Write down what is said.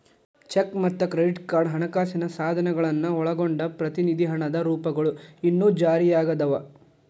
check ಮತ್ತ credit card ಹಣಕಾಸಿನ ಸಾಧನಗಳನ್ನ ಒಳಗೊಂಡಂಗ ಪ್ರತಿನಿಧಿ ಹಣದ ರೂಪಗಳು ಇನ್ನೂ ಜಾರಿಯಾಗದವ